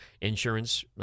insurance